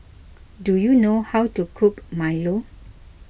do you know how to cook Milo